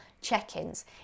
check-ins